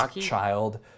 child